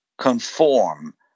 conform